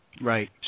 Right